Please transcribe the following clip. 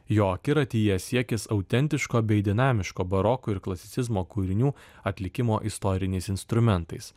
jo akiratyje siekis autentiško bei dinamiško baroko ir klasicizmo kūrinių atlikimo istoriniais instrumentais